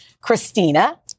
Christina